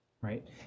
right